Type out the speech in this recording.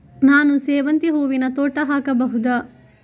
ನಾನು ಸೇವಂತಿ ಹೂವಿನ ತೋಟ ಹಾಕಬಹುದಾ?